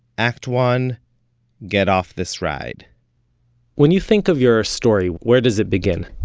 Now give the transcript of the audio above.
act one get off this ride when you think of your story, where does it begin?